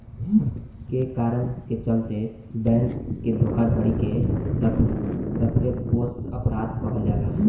कए कारण के चलते बैंक के धोखाधड़ी के सफेदपोश अपराध कहल जाला